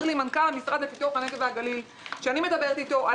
אומר לי מנכ"ל המשרד לפיתוח הנגב והגליל כשאני מדברת איתו על